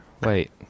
Wait